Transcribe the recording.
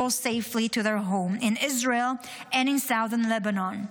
safely to their homes in Israel and southern Lebanon.